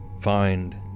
find